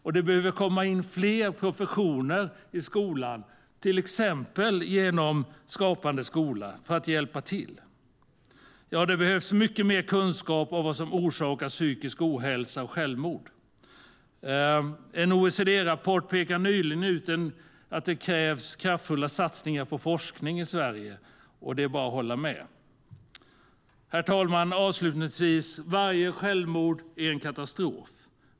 Och det behöver komma in fler professioner i skolan, till exempel genom Skapande skola, som kan hjälpa till. Herr talman! Varje självmord är en katastrof.